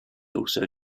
also